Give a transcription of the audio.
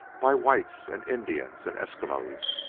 by whites and indians and eskimos,